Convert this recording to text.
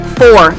four